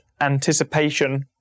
anticipation